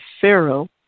Pharaoh